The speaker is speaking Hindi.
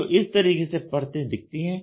तो इस तरीके से परते दिखती हैं